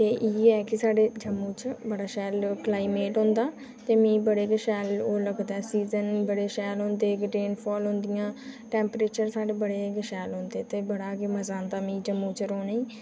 ते इ'यै कि साढ़े जम्मू च बड़ा शैल ओह् क्लाइमेट होंदा ते मी बड़े गै शैल ओह् लगदा सीज़न बड़े शैल होंदे ते बीडन फॉल होंदियां टेम्परेचर साढ़े बड़े गै शैल होंदे इत्थै बड़ा गै मज़ा आंदा मिगी जम्मू च रौह्ने ई